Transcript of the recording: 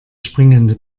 springende